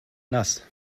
nass